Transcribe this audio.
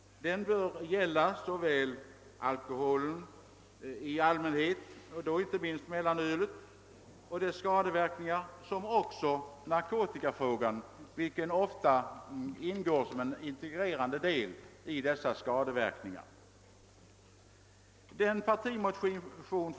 Denna bör gälla alkoholen i allmänhet — inte minst mellanöl — men också narkotika, vilka ofta ingår som en integrerande del i skadeverkningarna.